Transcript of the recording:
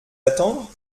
attendre